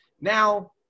now